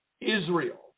Israel